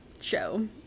show